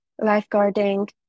lifeguarding